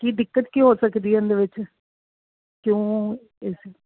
ਕੀ ਦਿੱਕਤ ਕੀ ਹੋ ਸਕਦੀ ਇਹਦੇ ਵਿੱਚ ਕਿਉਂ ਇਸ